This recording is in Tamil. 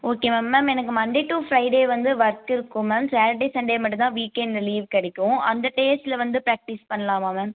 ஓகே மேம் மேம் எனக்கு மண்டே டூ ஃப்ரைடே வந்து ஒர்க் இருக்கும் மேம் சாட்டர்டே சண்டே மட்டும் தான் வீக்கெண்ட்டில் லீவு கிடைக்கும் அந்த டேஸில் வந்து பிராக்டீஸ் பண்ணலாமா மேம்